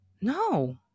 No